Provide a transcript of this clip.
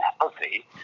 healthy